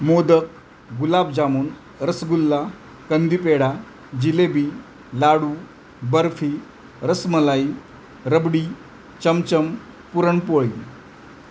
modak gulab jamun rasgulla kandi pedha jalebi laddu barfi rasmalai rabri chamcham puran poli